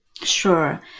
Sure